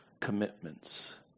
commitments